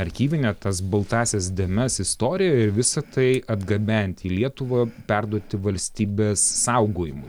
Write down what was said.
arkyvinę tas baltąsias dėmes istorijoj ir visa tai atgabenti į lietuvą perduoti valstybės saugojimui